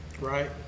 Right